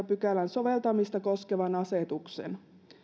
pykälän soveltamista koskevan asetuksen